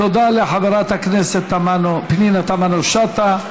תודה לחברת הכנסת פנינה תמנו-שטה,